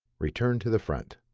return to the front.